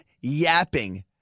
yapping